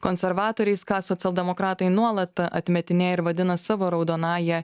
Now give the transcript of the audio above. konservatoriais ką socialdemokratai nuolat atmetinėja ir vadina savo raudonąja